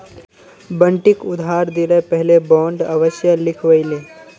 बंटिक उधार दि ल पहले बॉन्ड अवश्य लिखवइ ले